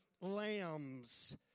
lambs